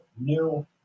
new